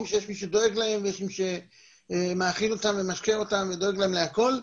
ויש מי שדואג להם ומי שמאכיל ומשקה אותם ודואג להם להכל.